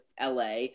LA